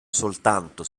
soltanto